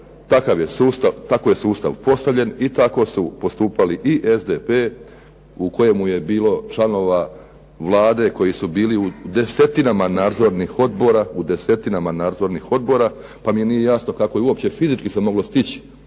tako je sustav postavljen i tako su postupali i SDP u kojemu je bilo članova Vlade koji su bili u desetinama nadzornih odbora, pa mi nije jasno kako je uopće fizički se moglo stići